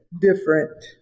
different